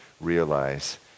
realize